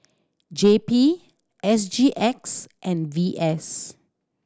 J P S GX and V S